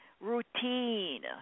routine